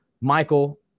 Michael